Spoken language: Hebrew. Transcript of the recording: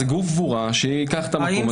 זה גוף קבורה שייקח את המקום הזה.